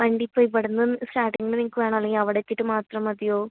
വണ്ടി ഇപ്പോൾ ഇവിടുന്ന് സ്റ്റാർട്ടിംഗിൽ നിൽക്കുവാണോ അല്ലെങ്കിൽ അവിടെ എത്തിയിട്ട് മാത്രം മതിയോ